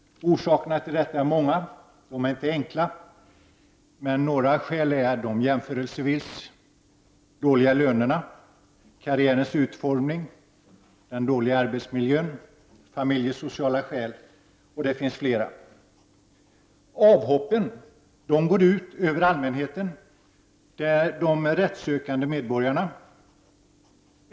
Orsakerna till detta är naturligtvis många — dessutom är det inte lätt att göra något åt dessa: jämförelsevis dåliga löner, karriärens utformning, dålig arbetsmiljö, familjesociala skäl osv. Avhoppen går ut över allmänheten, de rättssökande medborgarna.